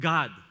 God